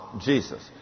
Jesus